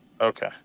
Okay